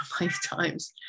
lifetimes